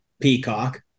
Peacock